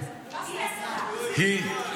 --- היא.